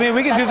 we we could